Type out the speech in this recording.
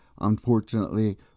unfortunately